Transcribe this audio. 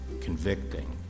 convicting